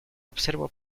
observó